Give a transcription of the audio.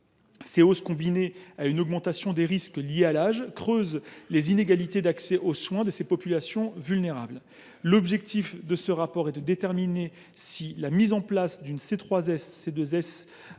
Ces hausses, combinées à une augmentation des risques liés à l’âge, creusent les inégalités d’accès aux soins de ces populations vulnérables. L’objectif de ce rapport est de déterminer si la mise en place d’une C3S